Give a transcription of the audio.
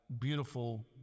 beautiful